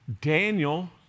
Daniel